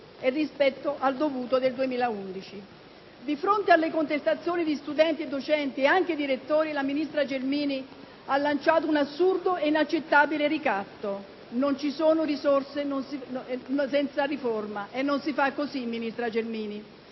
e rispetto al dovuto nel 2011. Di fronte alle contestazioni di studenti, docenti ed anche di rettori, la ministra Gelmini ha lanciato un assurdo e inaccettabile ricatto: non ci sono risorse senza riforma. Non si fa così, ministra Gelmini.